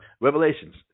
Revelations